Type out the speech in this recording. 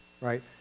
right